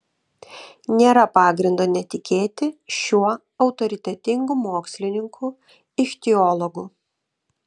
nėra pagrindo netikėti šiuo autoritetingu mokslininku ichtiologu